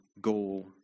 goal